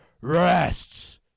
rests